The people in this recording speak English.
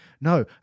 No